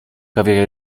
prawie